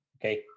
okay